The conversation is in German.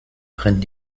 brennen